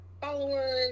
followers